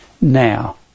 Now